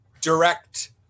direct